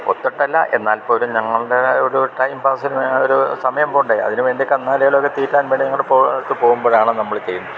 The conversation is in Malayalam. ഒത്തട്ടല്ല എന്നാൽ പോലും ഞങ്ങള്ടേതായ ഒരു ടൈം പാസിന് ഒരു സമയം പോണ്ടേ അതിന് വേണ്ടി കന്നാലികളോക്കെ തീറ്റാൻ വേണ്ടി ഞങ്ങടെ പോ ഒക്കെ പോകുമ്പഴാണ് നമ്മൾ ചെയ്യുന്നത്